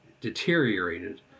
deteriorated